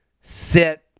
sit